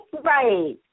Right